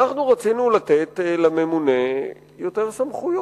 רצינו לתת לממונה יותר סמכויות.